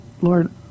Lord